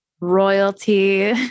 royalty